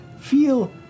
feel